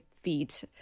feet